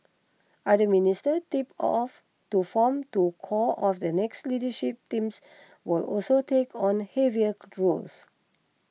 other ministers tipped of to form to core of the next leadership team will also take on heavier roles